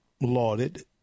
lauded